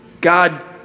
God